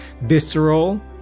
visceral